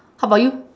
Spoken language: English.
how about you